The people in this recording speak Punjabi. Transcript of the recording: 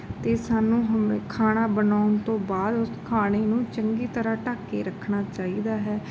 ਅਤੇ ਸਾਨੂੰ ਹਮੇਸ਼ਾ ਖਾਣਾ ਬਣਾਉਣ ਤੋਂ ਬਾਅਦ ਉਸ ਖਾਣੇ ਨੂੰ ਚੰਗੀ ਤਰ੍ਹਾਂ ਢੱਕ ਕੇ ਰੱਖਣਾ ਚਾਹੀਦਾ ਹੈ